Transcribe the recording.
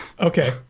Okay